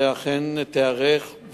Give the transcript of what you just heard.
ואכן תיערך,